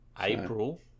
April